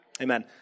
Amen